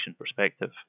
perspective